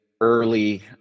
early